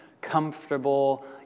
comfortable